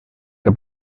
que